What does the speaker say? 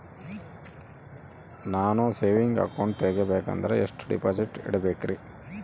ನಾನು saving account ತೆಗಿಬೇಕಂದರ ಎಷ್ಟು ಡಿಪಾಸಿಟ್ ಇಡಬೇಕ್ರಿ?